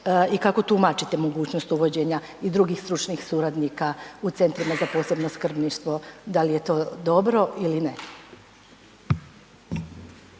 i kako tumačite mogućnost uvođenja i drugih stručnih suradnika u centrima za posebno skrbništvo? Da li je to dobro ili ne?